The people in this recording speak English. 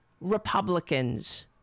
Republicans